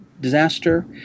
disaster